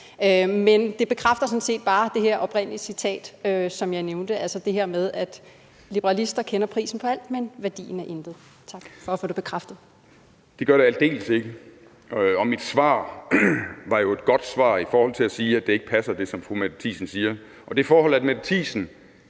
Men det bekræfter sådan set bare det her oprindelige citat, som jeg nævnte – altså det her med, at liberalister kender prisen på alt, men værdien af intet. Tak for at få det bekræftet. Kl. 12:41 Ole Birk Olesen (LA): Det gør det aldeles ikke, og mit svar var jo et godt svar i forhold til at sige, at det, som fru Mette Thiesen siger, ikke passer. Det forhold, at fru Mette Thiesen